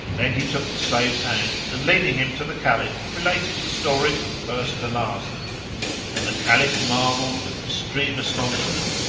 then he took the slave's hand and, leading him to the caliph, related the story from first to last and the caliph marvelled with extreme astonishment,